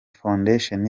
foundation